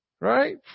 Right